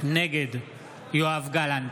נגד יואב גלנט,